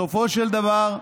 סופו של דבר,